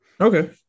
Okay